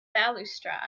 balustrade